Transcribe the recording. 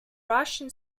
russian